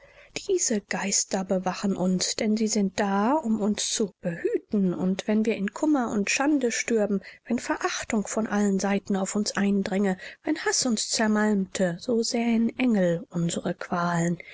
diese geister bewachen uns denn sie sind da um uns zu behüten und wenn wir in kummer und schande stürben wenn verachtung von allen seiten auf uns eindränge wenn haß uns zermalmte so sähen engel unsere qualen